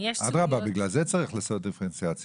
אדרבה, בגלל זה צריך לעשות דיפרנציאציה.